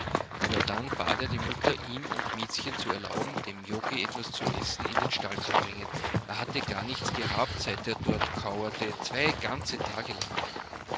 aber dann bat er die mutter ihm und miezchen zu erlauben dem joggi etwas zu essen in den stall zu bringen er hatte gar nichts gehabt seit er dort kauerte zwei ganze tage lang